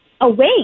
away